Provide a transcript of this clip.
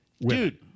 Dude